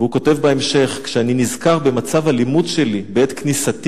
והוא כותב בהמשך: "כשאני נזכר במצב הלימוד שלי בעת כניסתי